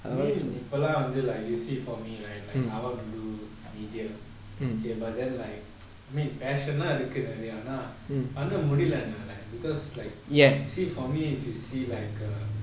I mean இப்பெலாம் வந்து:ippelam vanthu like you see for me like I want to do media okay but then like I mean passion lah இருக்கு நெறைய ஆனா பண்ண முடியல என்னால:irukku neraya aana panna mudiyala ennala like because like you see for me if you see err